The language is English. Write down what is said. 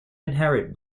inherit